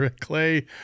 Clay